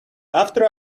after